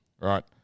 Right